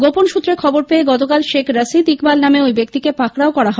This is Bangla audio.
গোপন সৃত্রে খবর পেয়ে গতকাল শেখ রশিদ ইকবাল নামে ঐ ব্যক্তিকে পাকড়াও করা হয়